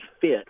fit